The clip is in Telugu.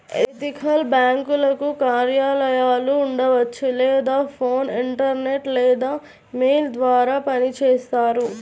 ఎథికల్ బ్యేంకులకు కార్యాలయాలు ఉండవచ్చు లేదా ఫోన్, ఇంటర్నెట్ లేదా మెయిల్ ద్వారా పనిచేస్తాయి